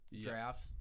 drafts